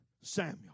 Samuel